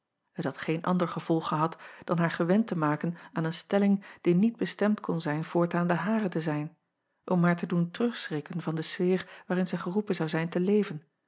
had geen ander gevolg gehad dan haar gewend te maken aan een stelling die niet bestemd kon zijn voortaan de hare te zijn om haar te doen terugschrikken van de sfeer waarin zij geroepen zou zijn te leven